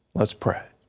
let's pray.